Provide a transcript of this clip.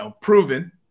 proven